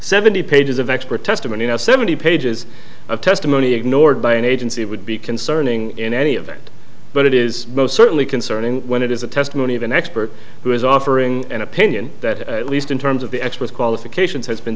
seventy pages of expert testimony not seventy pages of testimony ignored by an agency would be concerning in any event but it is most certainly concerning when it is the testimony of an expert who is offering an opinion that at least in terms of the expert qualifications has been